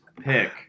pick